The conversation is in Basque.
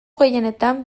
gehienetan